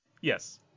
Yes